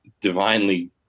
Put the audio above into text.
divinely